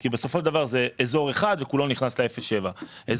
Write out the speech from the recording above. כי בסופו של דבר זה אזור אחד וכולו נכנס לאפס עד שבעה קילומטר.